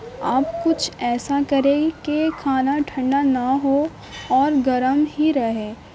آپ کچھ ایسا کریں کہ کھانا ٹھنڈا نہ ہو اور گرم ہی رہے